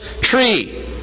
tree